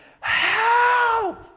Help